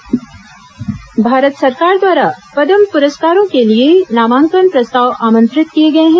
पदम परस्कार आवेदन भारत सरकार द्वारा पदम पुरस्कारों के लिए नामांकन प्रस्ताव आमंत्रित किए गए हैं